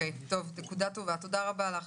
טוב, נקודה טובה, תודה רבה לך.